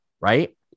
right